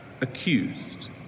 accused